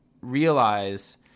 realize